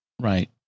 Right